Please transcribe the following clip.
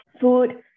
food